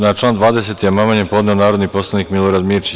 Na član 20. amandman je podneo narodni poslanik Milorad Mirčić.